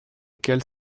qu’elle